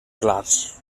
clars